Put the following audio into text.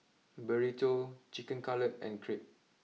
Burrito Chicken Cutlet and Crepe